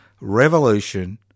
revolution